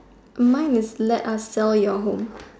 mine is let us sell your home